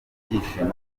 ibyishimo